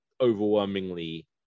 overwhelmingly